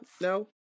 No